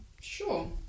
sure